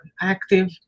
active